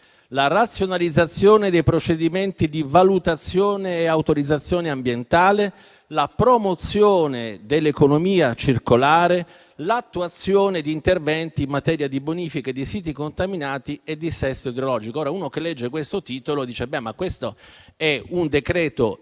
la razionalizzazione dei procedimenti di valutazione e autorizzazione ambientale, la promozione dell'economia circolare, l'attuazione di interventi in materia di bonifiche di siti contaminati e dissesto idrogeologico». Uno che legge questo titolo pensa che questo è un decreto-legge